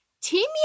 Team